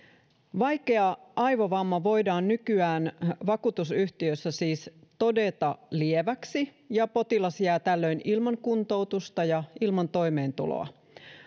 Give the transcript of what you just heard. vaikea aivovamma voidaan nykyään vakuutusyhtiössä siis todeta lieväksi ja potilas jää tällöin ilman kuntoutusta ja ilman toimeentuloa